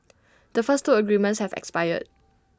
the first two agreements have expired